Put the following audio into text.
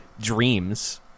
dreams